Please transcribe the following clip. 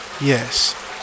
Yes